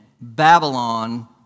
Babylon